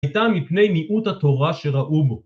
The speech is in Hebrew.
הייתה מפני מיעוט התורה שראו בו